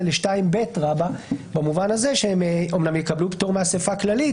לסעיף 2ב במובן הזה שהם אמנם יקבלו פטור מאסיפה כללית